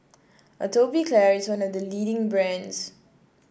Atopiclair is one of the leading brands